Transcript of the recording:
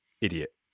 idiot